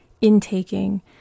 intaking